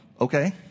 Okay